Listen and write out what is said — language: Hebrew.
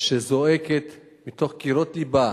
שזועקת מתוך קירות לבה